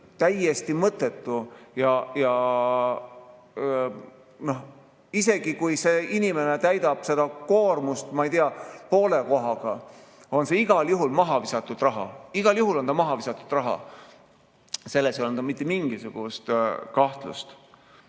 täiesti mõttetu. Isegi kui see inimene täidab seda kohustust, ma ei tea, poole kohaga, on see igal juhul mahavisatud raha. Igal juhul on see mahavisatud raha, selles ei ole mitte mingisugust kahtlust.